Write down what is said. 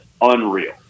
unreal